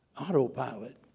Autopilot